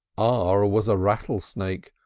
r r was a rattlesnake,